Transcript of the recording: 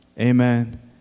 Amen